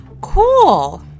Cool